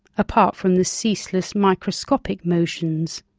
apart from the ceaseless microscopic motions.